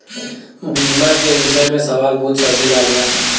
बीमा के विषय मे सवाल पूछ सकीलाजा?